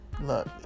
Look